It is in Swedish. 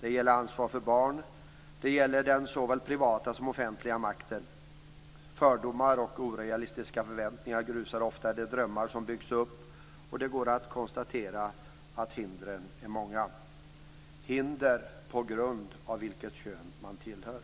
Det gäller ansvar för barn. Det gäller den såväl privata som offentliga makten. Fördomar och orealistiska förväntningar grusar ofta de drömmar som byggs upp, och det går att konstatera att hindren är många - hinder på grund av vilket kön man tillhör.